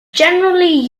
generally